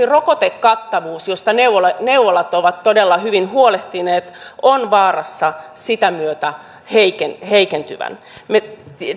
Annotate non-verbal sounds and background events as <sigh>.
<unintelligible> rokotekattavuus josta neuvolat neuvolat ovat todella hyvin huolehtineet on vaarassa sitä myötä heikentyä heikentyä me